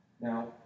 Now